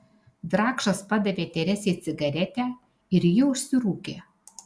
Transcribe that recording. drakšas padavė teresei cigaretę ir ji užsirūkė